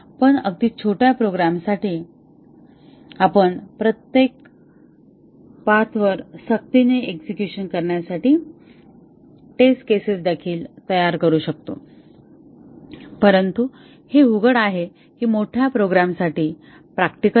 पण अगदी छोट्या प्रोग्रामसाठी आपण प्रत्येक पाथ वर सक्तीने एक्झेक्युशन करण्यासाठी टेस्ट केसेस देखील तयार करू शकतो परंतु हे उघड आहे की हे मोठ्या प्रोग्राम साठी प्रॅक्टिकल नाही